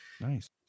Nice